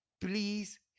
Please